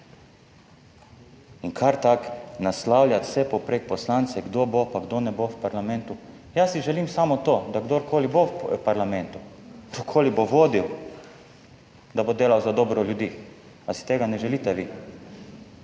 In kar tako naslavlja vse povprek poslance, kdo bo pa kdo ne bo v parlamentu. Jaz si želim samo to, da kdorkoli bo v parlamentu, kdorkoli bo vodil, da bo delal za dobro ljudi. A si tega ne želite vi?